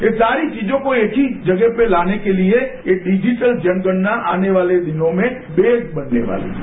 ये सारी चीजों को एक ही जगह पर लाने के लिए ये डिजिटल जनगणना आने वाले दिनों में बेस बनने वाली है